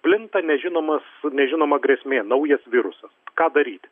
plinta nežinomas nežinoma grėsmė naujas virusas ką daryti